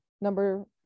number